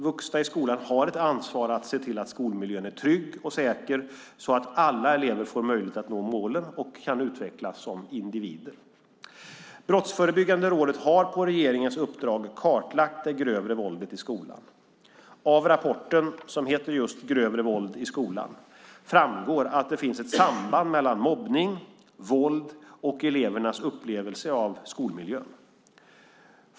Vuxna i skolan har ett ansvar att se till att skolmiljön är trygg och säker så att alla elever får möjlighet att nå målen och kan utvecklas som individer. Brottsförebyggande rådet har på regeringens uppdrag kartlagt det grövre våldet i skolan. Av rapporten, som heter just Grövre våld i skolan, framgår att det finns ett samband mellan mobbning, våld och elevernas upplevelse av skolmiljön.